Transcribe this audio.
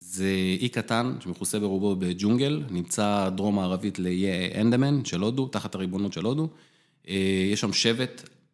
זה אי קטן שמכוסה ברובו בג'ונגל, נמצא דרום מערבית לאיי אנדמן של הודו, תחת הריבונות של הודו, יש שם שבט.